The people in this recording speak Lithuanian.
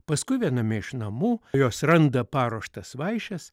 paskui viename iš namų jos randa paruoštas vaišes